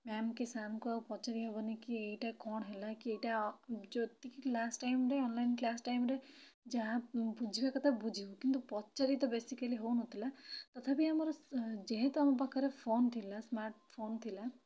ma'am କି sir ଙ୍କ ଆଉ ପଚାରି ହେବନି କି ଏଇଟା କଣ ହେଲା କି ଏଇଟା ଯତି କି ଲାଷ୍ଟ୍ ଟାଇମ୍ ରେ ଅନଲାଇନ୍ କ୍ଲାସ୍ ଟାଇମ୍ ରେ ଯାହା ବୁଝିବା କଥା ବୁଝିବୁ କିନ୍ତୁ ପଚାରିତ ବେଶିକାଲି ହେଉ ନଥିଲା ତଥାପି ଆମର ଯେହେତୁ ଆମ ପାଖରେ ଫୋନ୍ ଥିଲା ସ୍ମାର୍ଟ ଫୋନ୍ ଥିଲା